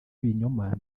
ibinyoma